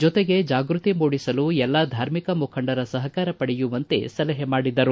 ಜೊತೆಗೆ ಜಾಗೃತಿ ಮೂಡಿಸಲು ಎಲ್ಲ ಧಾರ್ಮಿಕ ಮುಖಂಡರ ಸಹಕಾರ ಪಡೆಯುವಂತೆ ಸಲಹೆ ಮಾಡಿದರು